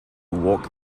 walk